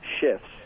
shifts